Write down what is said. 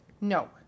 No